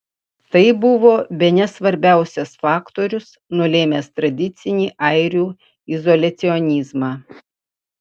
tai buvo bene svarbiausias faktorius nulėmęs tradicinį airių izoliacionizmą